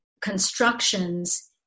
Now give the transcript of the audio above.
constructions